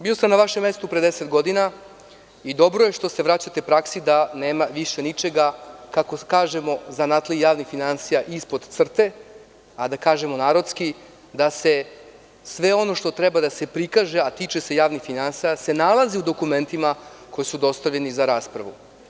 Bio sam na vašem mestu pre deset godina i dobro je što se vraćate praksi da nema više ničega, kako kažemo zanatlije javnih finansija ispod crte, a da kažemo narodski, da se sve ono što treba da se prikaže a tiče se javnih financija se nalazi u dokumentima koji su dostavljeni za raspravu.